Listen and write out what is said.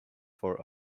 for